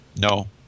No